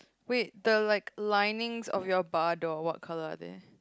wait the like linings of your bar door what colour are there